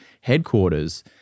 headquarters